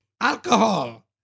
alcohol